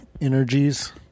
energies